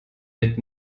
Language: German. mit